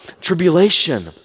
Tribulation